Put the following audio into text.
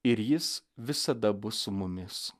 ir jis visada bus su mumis